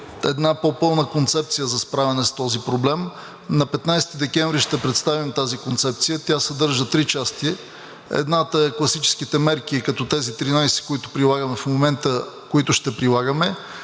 една по-пълна концепция за справяне с този проблем. На 15 декември ще представим тази концепция, тя съдържа 3 части. Едната е класическите мерки, като тези 13, които прилагаме в момента, които ще прилагаме.